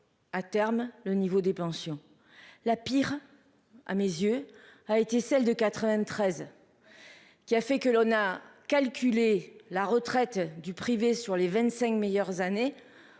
à terme le niveau des pensions, la pire à mes yeux, a été celle de 93. Qui a fait que l'on a calculé la retraite du privé sur les 25 meilleures années.